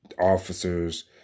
officers